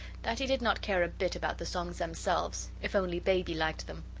that he did not care a bit about the songs themselves, if only baby liked them.